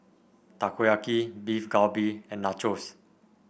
Takoyaki Beef Galbi and Nachos